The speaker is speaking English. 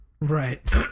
right